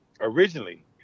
originally